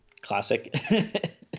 classic